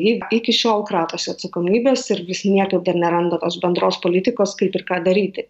ji iki šiol kratosi atsakomybės ir vis niekaip dar neranda tos bendros politikos kaip ir ką daryti